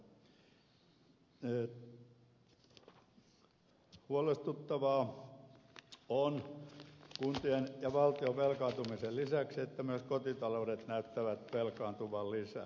huolestuttavaa on kuntien ja valtion velkaantumisen lisäksi että myös kotitaloudet näyttävät velkaantuvan lisää